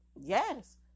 Yes